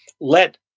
let